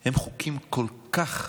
הם חוקים כל כך